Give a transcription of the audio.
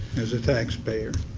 as a tax payer.